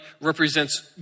represents